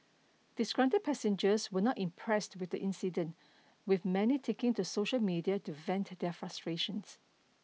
disgruntled passengers were not impressed with the incident with many taking to social media to vent their frustrations